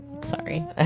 Sorry